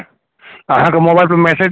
अहाँ अहाँ तीन तारीख़ के कटल